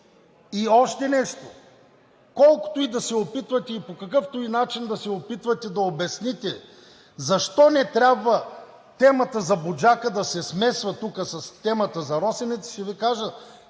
И още нещо. Колкото и да се опитвате и по какъвто и начин да се опитвате да обясните защо темата за „Буджака“ не трябва да се смесва тук с темата за „Росенец“, ще Ви кажа: